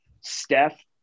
Steph